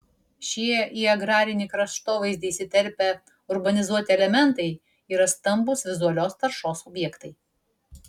šie į agrarinį kraštovaizdį įsiterpę urbanizuoti elementai yra stambūs vizualios taršos objektai